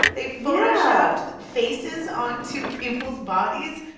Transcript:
they photoshopped faces onto people's bodies.